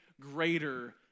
greater